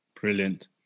Brilliant